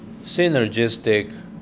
synergistic